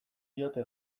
diote